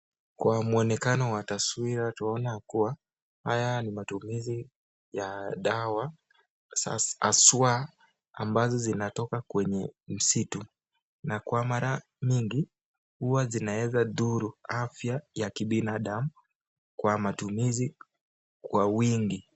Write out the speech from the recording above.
Kwa muonekano wa taswira tunaona kuwa, haya ni matumizi ya dawa haswa ambazo zinatoka kwenye msitu na kwa mara mingi huwa zinaezadhuru afya ya kibinadamu kwa matumizi kwaa mingi.